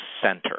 center